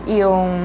yung